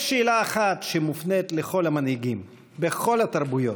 יש שאלה אחת שמופנית לכל המנהיגים, בכל התרבויות,